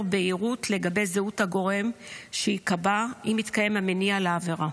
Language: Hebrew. בהירות לגבי זהות הגורם שיקבע אם מתקיים המניע לעבירה.